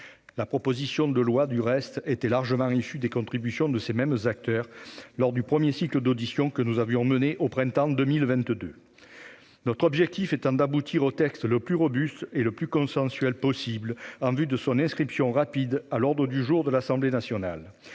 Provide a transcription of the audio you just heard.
la proposition de loi est largement issue des contributions de ces mêmes acteurs à l'occasion de la conduite d'un premier cycle d'auditions au printemps 2022. Notre objectif étant d'aboutir au texte le plus robuste et le plus consensuel possible en vue de son inscription rapide à l'ordre du jour de l'Assemblée nationale,